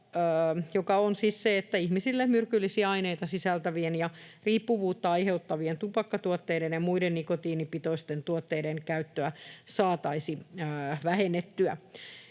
tavoitetta, että ihmisille myrkyllisiä aineita sisältävien ja riippuvuutta aiheuttavien tupakkatuotteiden ja muiden nikotiinipitoisten tuotteiden käyttöä saataisiin vähennettyä.